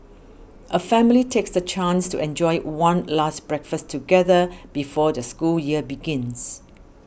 a family takes the chance to enjoy one last breakfast together before the school year begins